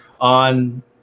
on